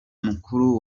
mukuru